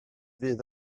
fydd